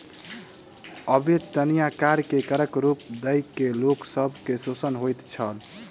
अवेत्निया कार्य के करक रूप दय के लोक सब के शोषण होइत छल